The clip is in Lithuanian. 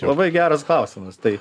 labai geras klausimas tai